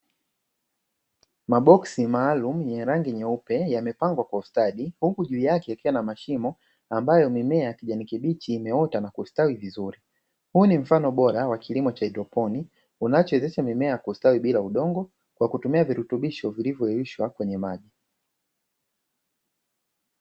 Maboksi maalumu yenye rangi nyeupe yamepangwa kwa ustadi, huku juu yake akiwa na mashimo ambayo mimea ya kijani kibichi imeota na kustawi vizuri, huu ni mfano bora wa kilimo cha haidroponi unachowezesha mimea kustawi bila udongo kwa kutumia virutubisho vilivyoyeyushwa kwenye maji.